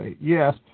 Yes